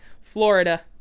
Florida